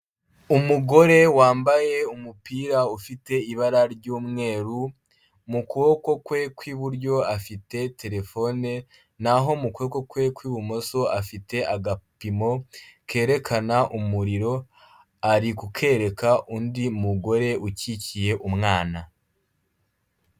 Umugore wambaye umupira ufite ibara ry'umweru, mu kuboko kwe ku iburyo afite telefone, na ho mu kuboko kwe kw'ibumoso afite agapimo kerekana umuriro, ari gukereka undi mugore ukikiye umwana.